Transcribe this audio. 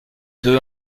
deux